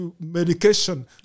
medication